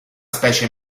specie